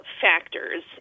factors